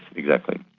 exactly.